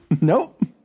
Nope